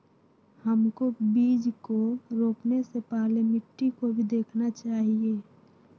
हमको बीज को रोपने से पहले मिट्टी को भी देखना चाहिए?